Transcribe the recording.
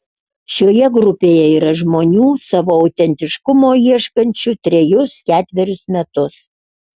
šioje grupėje yra žmonių savo autentiškumo ieškančių trejus ketverius metus